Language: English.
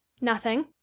Nothing